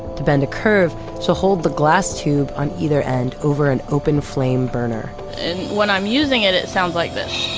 to bend a curve, she'll hold the glass tube on either end over an open flame burner when i'm using it, it sounds like this